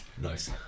Nice